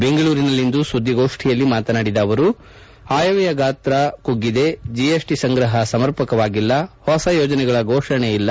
ಬೆಂಗಳೂರಿನಲ್ಲಿಂದು ಸುದ್ದಿಗೋಷ್ಠಿಯಲ್ಲಿ ಮಾತನಾಡಿದ ಅವರು ಆಯವ್ಯಯ ಗಾತ್ರ ಕುಗ್ಗಿದೆ ಜಿಎಸ್ಟಿ ಸಂಗ್ರಹ ಸಮರ್ಪಕವಾಗಿಲ್ಲ ಹೊಸ ಯೋಜನೆಗಳ ಘೋಷಣೆ ಇಲ್ಲ